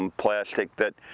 um plastic that,